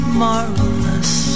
marvelous